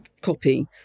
copy